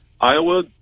Iowa –